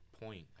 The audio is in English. point